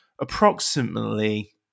approximately